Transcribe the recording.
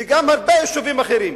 וגם הרבה יישובים אחרים.